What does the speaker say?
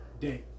day